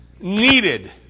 needed